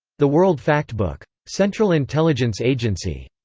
the world factbook. central intelligence agency.